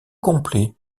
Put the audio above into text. complet